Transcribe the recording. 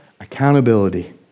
accountability